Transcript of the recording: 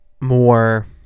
more